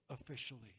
officially